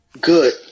Good